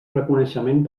reconeixement